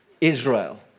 Israel